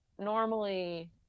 normally